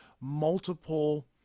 multiple